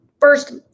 First